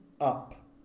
up